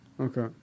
Okay